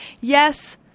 yes